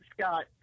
Scott